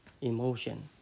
emotion